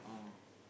oh